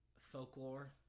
folklore